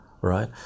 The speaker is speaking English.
right